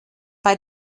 bei